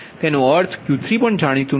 જેનો અર્થ છે Q3પણ જાણીતુ નથી